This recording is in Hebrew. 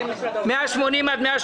181-180,